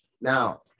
Now